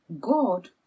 God